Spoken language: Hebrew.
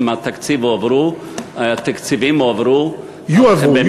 אם התקציבים הועברו, יועברו.